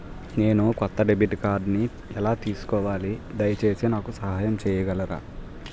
నేను కొత్త డెబిట్ కార్డ్ని ఎలా తీసుకోవాలి, దయచేసి నాకు సహాయం చేయగలరా?